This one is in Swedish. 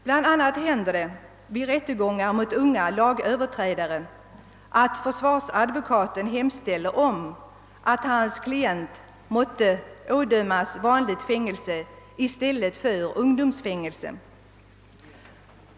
Bland annat händer det vid rättegångar mot unga ilagöverträdare, att försvarsadvokaten hemställer om att hans klient måtte ådömas vanligt fängelse i stället för ungdomsfängelse.